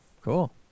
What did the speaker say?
Cool